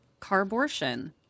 Carbortion